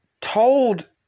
told